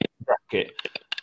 bracket